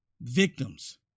Victims